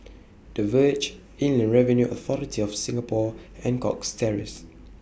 The Verge Inland Revenue Authority of Singapore and Cox Terrace